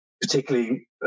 particularly